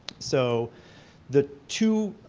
so the two,